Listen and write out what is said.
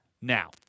Now